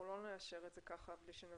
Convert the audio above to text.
לא נאשר את זה כך בלי שנבין.